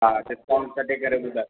हा डिस्काउंट कटे करे ॿुधायो